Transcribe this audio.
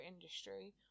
industry